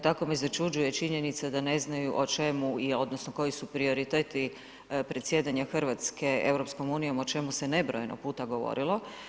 Tako me začuđuje činjenica da ne znaju o čemu odnosno koji su prioriteti predsjedanja Hrvatske Europskom unijom o čemu se nebrojeno puta govorilo.